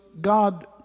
God